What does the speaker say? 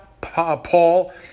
Paul